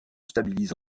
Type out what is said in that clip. stabilise